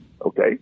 Okay